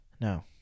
No